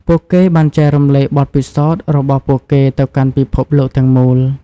ពួកគេបានចែករំលែកបទពិសោធន៍របស់ពួកគេទៅកាន់ពិភពលោកទាំងមូល។